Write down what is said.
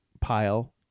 pile